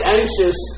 anxious